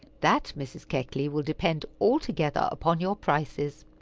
that, mrs. keckley, will depend altogether upon your prices.